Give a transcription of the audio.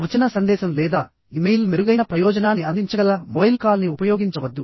వచన సందేశం లేదా ఇమెయిల్ మెరుగైన ప్రయోజనాన్ని అందించగల మొబైల్ కాల్ని ఉపయోగించవద్దు